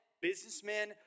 businessmen